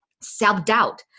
self-doubt